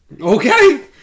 Okay